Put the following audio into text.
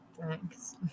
Thanks